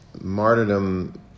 martyrdom